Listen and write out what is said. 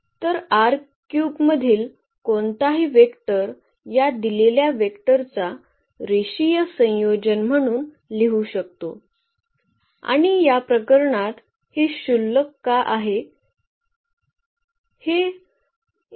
तर मधील कोणताही वेक्टर या दिलेल्या वेक्टरचा रेषीय संयोजन म्हणून लिहू शकतो आणि या प्रकरणात हे क्षुल्लक का आहे